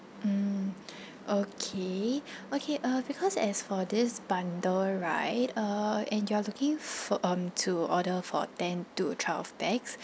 mm okay okay uh because as for this bundle right uh and you are looking fo~ um order for ten to twelve pax